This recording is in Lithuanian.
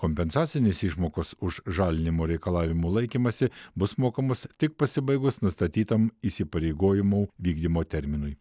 kompensacinės išmokos už žalinimo reikalavimų laikymąsi bus mokamos tik pasibaigus nustatytam įsipareigojimų vykdymo terminui